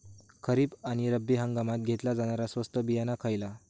खरीप आणि रब्बी हंगामात घेतला जाणारा स्वस्त बियाणा खयला?